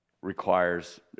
requires